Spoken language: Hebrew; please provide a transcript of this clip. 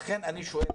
לכן, אני שואל,